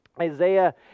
Isaiah